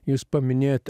jūs paminėjot